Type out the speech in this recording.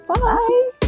Bye